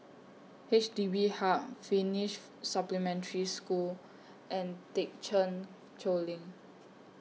H D B Hub Finnish Supplementary School and Thekchen Choling